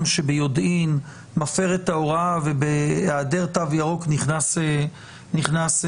שביודעין מפר את ההוראה ובהעדר תו ירוק נכנס --- אגב,